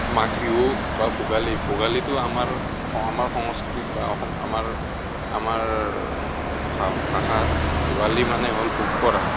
মাঘ বিহু বা ভোগালী ভোগালীটো আমাৰ আমাৰ সংস্কৃতিত বা আমাৰ আমাৰ ভা ভাষাত ভোগালী মানে হ'ল ভোগ কৰা